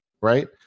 right